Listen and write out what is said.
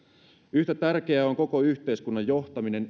yhtä tärkeää on koko yhteiskunnan johtaminen